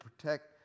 protect